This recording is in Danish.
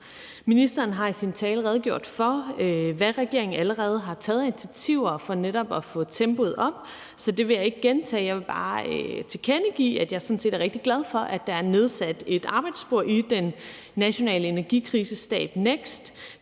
Ministeren har i sin tale redegjort for, hvad regeringen allerede har taget af initiativer for netop at få sat tempoet op, så det vil jeg ikke gentage. Jeg vil bare tilkendegive, at jeg sådan set er rigtig glad for, at der er nedsat et arbejdsspor i den nationale energikrisestab,